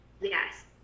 Yes